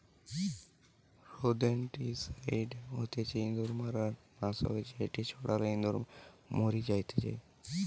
rodenticide হতিছে ইঁদুর মারার নাশক যেটি ছড়ালে ইঁদুর মরি জাতিচে